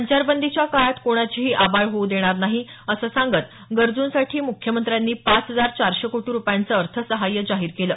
संचारबंदीच्या काळात कोणाचीही आबाळ होऊ देणार नाही असं सांगत गरजूंसाठी मुख्यमंत्र्यांनी पाच हजार चारशे कोटी रुपयांचं अर्थसहाय्य जाहीर केलं